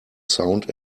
sound